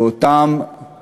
ואותם